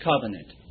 covenant